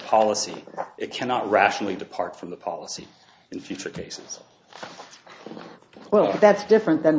policy it cannot rationally depart from the policy in future cases well that's different than